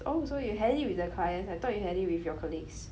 oh so you had it with the clients I thought you had it with your colleagues